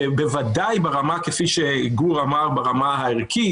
בוודאי ברמה כפי שגור אמר ברמה הערכית,